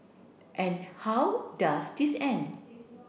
and how does this end